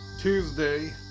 Tuesday